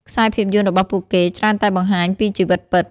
ខ្សែភាពយន្ដរបស់ពួកគេច្រើនតែបង្ហាញពីជីវិតពិត។